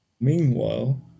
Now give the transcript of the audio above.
Meanwhile